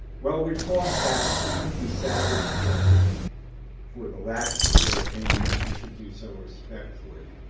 well, we thought that even if we savaged judges for the lax of their opinions, we should do so respectfully.